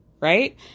right